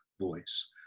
voice